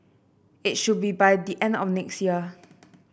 it should be by the end of next year